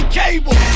cable